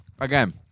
Again